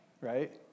Right